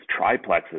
triplexes